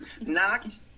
Knocked